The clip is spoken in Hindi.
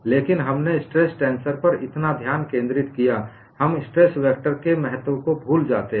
लेकिन हमने स्ट्रेस टेंसर पर इतना ध्यान केंद्रित किया हम स्ट्रेस वेक्टर के महत्व को भूल जाते हैं